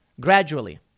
gradually